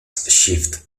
shift